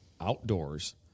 outdoors